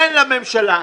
אין לממשלה.